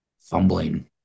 fumbling